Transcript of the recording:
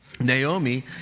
Naomi